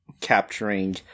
capturing